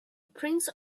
prince